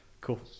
Cool